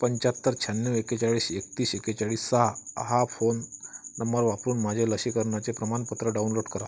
पंच्याहत्तर शहाण्णव एकेचाळीस एकतीस एकेचाळीस सहा हा फोन नंबर वापरून माझे लसीकरणाचे प्रमाणपत्र डाउनलोड करा